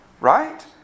right